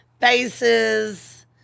faces